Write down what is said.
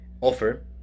offer